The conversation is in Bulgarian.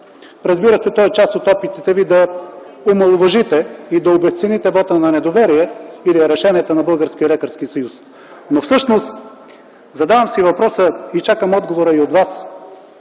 Разбира се, то е част от опитите ви да омаловажите и да обезцените вота на недоверие или решенията на Българския лекарски съюз. Задавам си въпроса и чакам отговора от вас.